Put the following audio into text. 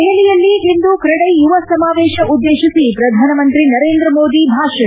ದೆಹಲಿಯಲ್ಲಿಂದು ಕ್ರೆಡೈ ಯುವ ಸಮಾವೇಶ ಉದ್ದೇಶಿಸಿ ಪ್ರಧಾನಮಂತ್ರಿ ನರೇಂದ್ರ ಮೋದಿ ಭಾಷಣ